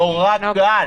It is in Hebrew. נורא קל,